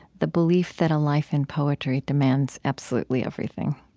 the belief that a life in poetry demands absolutely everything.